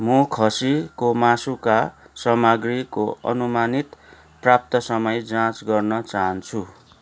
म खसीको मासुका सामग्रीको अनुमानित प्राप्ति समय जाँच गर्न चाहन्छु